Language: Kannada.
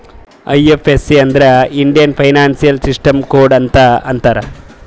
ಐ.ಎಫ್.ಎಸ್.ಸಿ ಅಂದುರ್ ಇಂಡಿಯನ್ ಫೈನಾನ್ಸಿಯಲ್ ಸಿಸ್ಟಮ್ ಕೋಡ್ ಅಂತ್ ಅಂತಾರ್